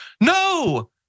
no